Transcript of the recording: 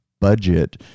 budget